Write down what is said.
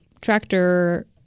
tractor